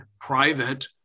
private